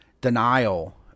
denial